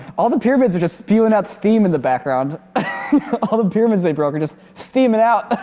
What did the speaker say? all the pyramids are just spewing out steam in the background all the pyramids they broke are just steamin' out!